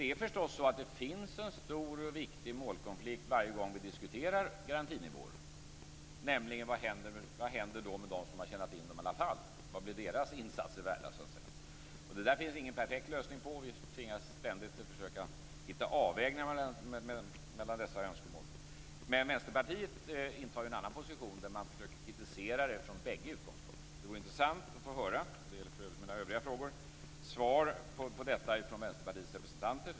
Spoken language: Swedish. Det finns förstås en stor och viktig målkonflikt varje gång som vi diskuterar garantinivåer, nämligen vad som händer med dem som har tjänat in dem i alla fall. Vad blir deras insatser värda, så att säga? Det finns ingen perfekt lösning på det, och vi tvingas ständigt försöka hitta avvägningar mellan dessa önskemål. Vänsterpartiet intar dock en annan position och försöker kritisera det från bägge utgångspunkterna. Det vore intressant att få ett svar på denna fråga - och det gäller för övrigt också för mina övriga frågor - från Vänsterpartiets representanter.